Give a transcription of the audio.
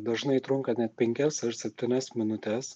dažnai trunka net penkias ar septynias minutes